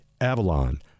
Avalon